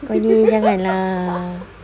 kau ni jangan lah